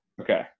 Okay